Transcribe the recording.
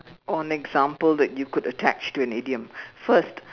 or an example that you could attach to idiom first